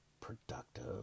productive